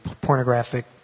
pornographic